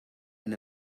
and